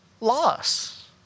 loss